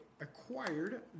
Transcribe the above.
acquired